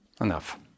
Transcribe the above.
enough